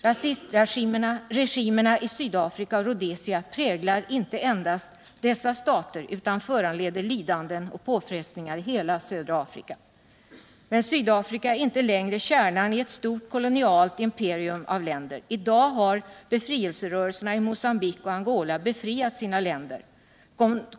Rasistregimerna i Sydafrika och Rhodesia präglar inte endast dessa stater utan föranleder lidanden och påfrestningar i hela södra Afrika. Men Sydafrika är inte längre kärnan i ett stort kolonialt imperium av länder. I dag har befrielserörelserna i Mogambique och Angola befriat sina länder.